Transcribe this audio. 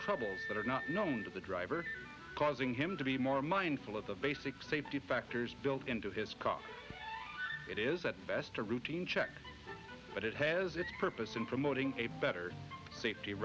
troubles that are not known to the driver causing him to be more mindful of the basic safety factors built into his car it is at best a routine check but it has its purpose in promoting a better safety